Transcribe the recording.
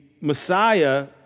Messiah